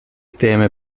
teme